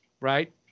right